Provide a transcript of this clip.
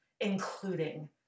including